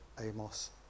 Amos